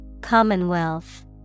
Commonwealth